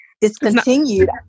Discontinued